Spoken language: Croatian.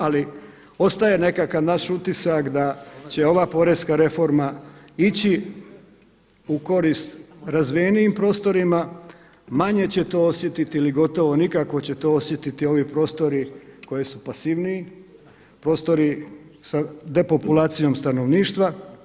Ali ostaje nekakav naš utisak da će ova porezna reforma ići u korist razvijenijim prostorima, manje će to osjetiti ili gotovo nikako će to osjetiti ovi prostori koji su pasivniji, prostori sa depopulacijom stanovništva.